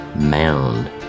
mound